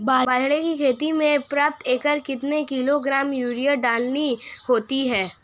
बाजरे की खेती में प्रति एकड़ कितने किलोग्राम यूरिया डालनी होती है?